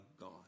God